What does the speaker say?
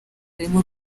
harimo